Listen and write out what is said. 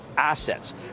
assets